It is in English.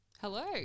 hello